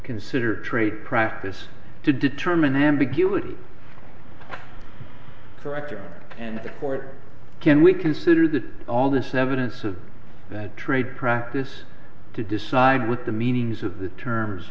consider trait practice to determine ambiguity correct and the court can we consider that all this evidence of that trade practice to decide what the meanings of the terms